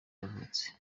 yavutse